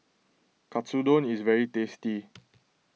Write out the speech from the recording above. Katsudon is very tasty